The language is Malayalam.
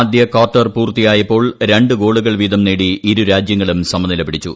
ആദ്യ ക്വാർട്ടർ പൂർത്തിയായപ്പോൾ രണ്ടു ഗോളുകൾ വീതം നേടി ഇരു രാജ്യങ്ങളും സമനില പിടിച്ചു